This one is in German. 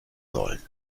sollen